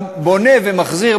לא שאני חושב